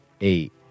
eight